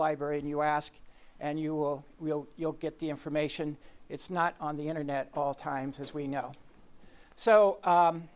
library and you ask and you will real you'll get the information it's not on the internet all times as we know so